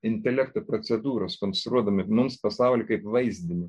intelekto procedūros konstruodami mums pasaulį kaip vaizdinį